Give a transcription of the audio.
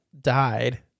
died